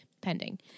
Pending